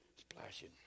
splashing